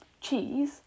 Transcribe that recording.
cheese